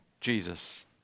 Jesus